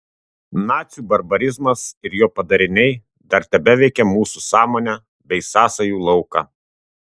nacių barbarizmas ir jo padariniai dar tebeveikia mūsų sąmonę bei sąsajų lauką